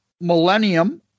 Millennium